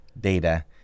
data